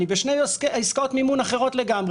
אני בשני עסקאות מימון אחרות לגמרי,